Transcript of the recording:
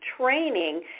training